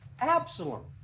Absalom